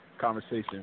conversation